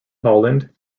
holland